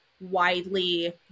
widely